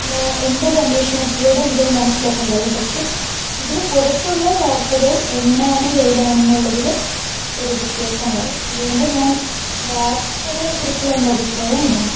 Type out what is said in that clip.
no എൻ്റെ ഒരു അന്വേഷണത്തിലൂടെ എനിക്ക് അത് മനസ്സിലാക്കാൻ കഴിയും പക്ഷേ ഇതിന് പുറത്തുള്ള വാർത്തകൾ എങ്ങനെയാണ് ഏതാണെന്നുള്ളതിൽ ഒരു വ്യത്യാസം വരും അത് കൊണ്ട് ഞാൻ വാർത്തകളെ കുറിച്ചുള്ള എൻ്റെ അഭിപ്രായം ഇതാണ്